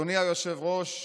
אדוני היושב-ראש,